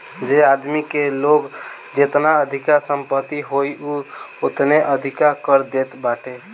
जे आदमी के लगे जेतना अधिका संपत्ति होई उ ओतने अधिका कर देत बाटे